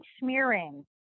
smearing